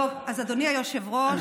טוב, אז אדוני היושב-ראש,